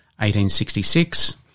1866